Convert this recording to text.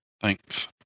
Thanks